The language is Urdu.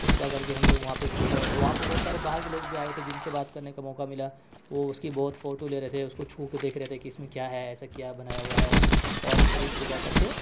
اس طرح کر کے ہم لوگ وہاں پہ گھومے وہاں پہ بہت سارے باہر کے لوگ بھی آئے ہوئے تھے جن سے بات کرنے کا موقع ملا وہ اس کی بہت فوٹو لے رہے تھے اس کو چھو کے دیکھ رہے تھے کہ اس میں کیا ہے ایسا کیا بنایا ہوا ہے اور قریب سے جا کر کے